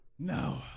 No